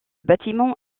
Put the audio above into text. bâtiment